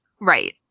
Right